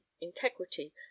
integrity